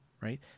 Right